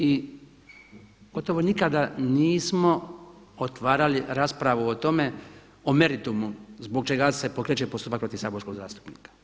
I gotovo nikada nismo otvarali raspravu o tome o meritumu zbog čega se pokreće postupak protiv saborskog zastupnika.